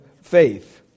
faith